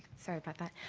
sorry about that.